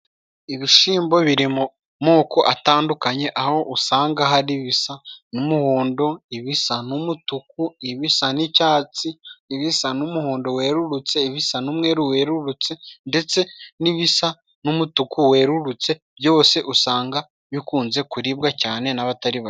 Ibishyimbo biri mu moko atandukanye aho usanga hari ibisa n'umuhondo, ibisa n'umutuku ibisa n'icyatsi, ibisa n'umuhondo werurutse, bisa n'umweruru werurutse, ndetse n'ibisa n'umutuku werurutse. Byose usanga bikunze kuribwa cyane n'abatari bake.